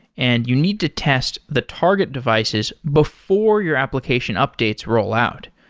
and you need to test the target devices before your application updates rollout.